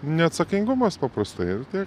neatsakingumas paprastai ir tiek